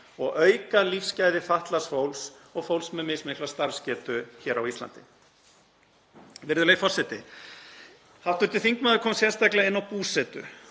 og auka lífsgæði fatlaðs fólks og fólks með mismikla starfsgetu á Íslandi. Virðulegi forseti. Hv. þingmaður kom sérstaklega inn á búsetu